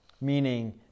Meaning